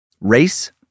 Race